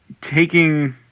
taking